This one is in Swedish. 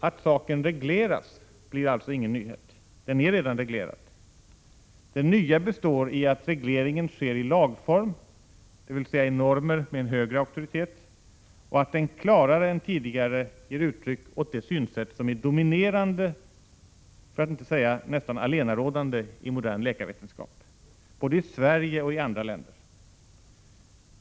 Att saken regleras blir ingen nyhet — den är redan reglerad. Det nya består i att regleringen sker i lagform, dvs. i normer med en högre auktoritet, och att den klarare än tidigare ger uttryck åt det synsätt som är dominerande, för att inte säga nästan allenarådande, i modern läkarvetenskap både i Sverige och i andra länder.